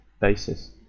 basis